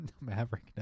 maverick